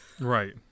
Right